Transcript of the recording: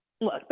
Look